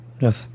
Yes